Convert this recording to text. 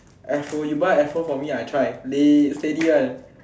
afro you buy afro for me I try steady one